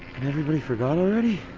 and everybody forgot already